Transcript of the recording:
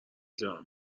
دلم